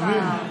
תבין.